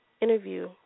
interview